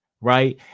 right